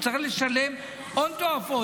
הוא צריך לשלם הון תועפות?